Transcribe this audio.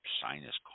sinus